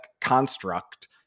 construct